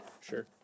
Sure